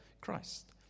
christ